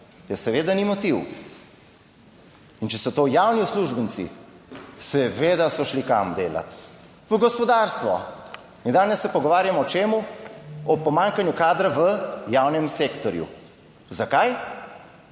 seveda ni motiv. In če so to javni uslužbenci, seveda so šli kam delat, v gospodarstvo. In danes se pogovarjamo o čemu? O pomanjkanju kadra v javnem sektorju, zakaj?